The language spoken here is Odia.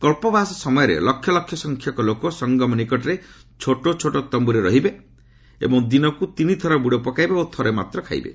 କଳ୍ପବାସ ସମୟରେ ଲକ୍ଷ ଲକ୍ଷ ସଂଖ୍ୟକ ଲୋକ ସଙ୍ଗମ ନିକଟରେ ଛୋଟ ଛୋଟ ତମ୍ଭୁରେ ରହିବେ ଏବଂ ଦିନକୁ ତିନି ଥର ବୁଡ଼ ପକାଇବେ ଓ ଥରେ ମାତ୍ର ଖାଇବେ